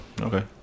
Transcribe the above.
okay